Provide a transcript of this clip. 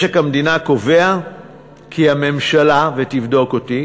משק המדינה קובע כי הממשלה, ותבדוק אותי